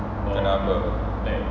kena apa